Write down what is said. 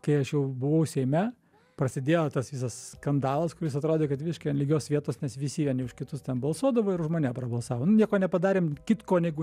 kai aš jau buvau seime prasidėjo tas visas skandalas kuris atrodė kad viškai an lygios vietos nes visi vieni už kitus ten balsuodavo už mane prabalsavo nieko nepadarėm kitko negu